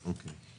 כמו כן,